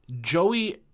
Joey